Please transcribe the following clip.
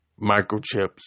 microchips